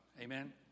Amen